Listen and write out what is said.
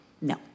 No